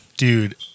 Dude